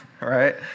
right